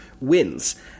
wins